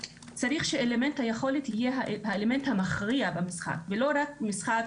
צריך שאלמנט היכולת יהיה האלמנט המכריע במשחק ולא רק משחק